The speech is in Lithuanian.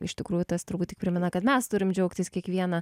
iš tikrųjų tas turbūt tik primena kad mes turim džiaugtis kiekviena